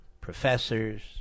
professors